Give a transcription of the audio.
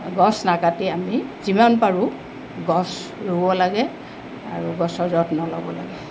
গছ নাকাটি আমি যিমান পাৰোঁ গছ ৰুব লাগে আৰু গছৰ যত্ন ল'ব লাগে